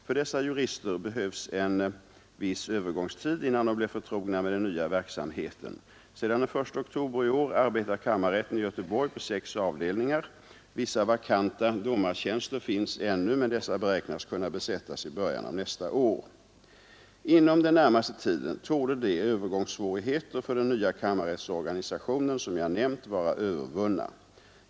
För dessa jurister behövs en viss övergångstid innan de blir förtrogna med den nya verksamheten. Sedan den 1 oktober i år arbetar kammarrätten i Göteborg på sex avdelningar. Vissa vakanta domartjänster finns ännu, men dessa beräknas kunna besättasi början av nästa år. Inom den närmaste tiden torde de övergångssvårigheter för den nya kammarrättsorganisationen som jag nämnt vara övervunna.